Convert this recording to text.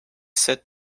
sept